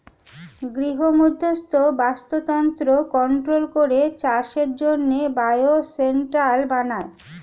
গৃহমধ্যস্থ বাস্তুতন্ত্র কন্ট্রোল করে চাষের জন্যে বায়ো শেল্টার বানায়